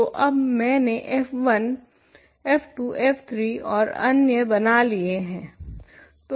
तो अब मैंने f1 f2 f3 ओर अन्य बना लिए हैं